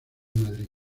madrid